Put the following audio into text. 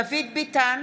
דוד ביטן,